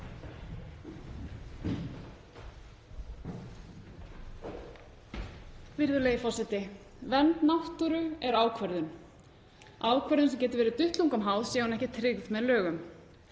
Virðulegi forseti. Vernd náttúru er ákvörðun, ákvörðun sem getur verið duttlungum háð sé hún ekki tryggð með lögum.